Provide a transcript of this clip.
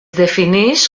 defineix